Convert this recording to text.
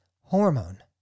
hormone